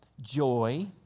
joy